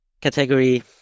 category